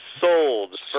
sold